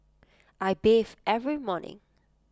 I bathe every morning